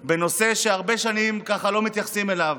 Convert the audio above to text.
זה דיון בנושא שהרבה שנים לא מתייחסים אליו.